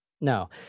no